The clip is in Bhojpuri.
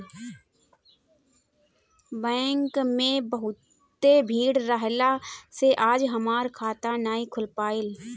बैंक में बहुते भीड़ रहला से आज हमार खाता नाइ खुल पाईल